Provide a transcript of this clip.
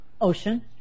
ocean